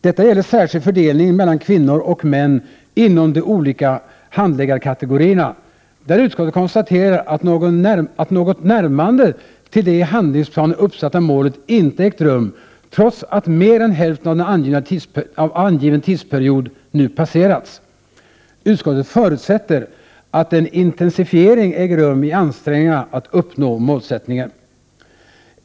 Detta gäller särskilt fördelningen mellan kvinnor och män inom de olika handläggarkategorierna, där utskottet konstaterar att något närmande till det i handlingsplanen uppsatta målet inte ägt rum trots att mer än hälften av angiven tidsperiod nu passerats. Utskottet förutsätter att en intensifiering äger rum i ansträngningarna att uppnå målet.